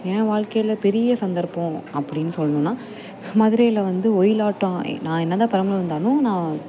என் வாழ்க்கையில் பெரிய சந்தர்ப்பம் அப்படின்னு சொல்லணும்னா மதுரையில் வந்து ஒயிலாட்டம் நான் என்ன தான் பெரம்பலூரில் இருந்தாலும் நான்